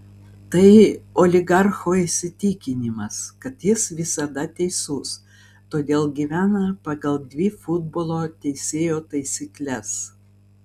tai oligarcho įsitikinimas kad jis visada teisus todėl gyvena pagal dvi futbolo teisėjo taisykles